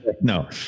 no